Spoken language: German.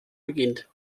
beginnt